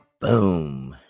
Boom